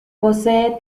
posee